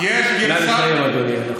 נא לסיים, אדוני.